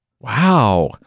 Wow